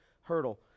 hurdle